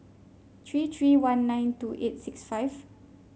three three one nine two eight six five